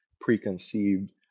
preconceived